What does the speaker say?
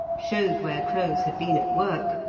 showed where crows had been at work,